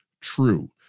true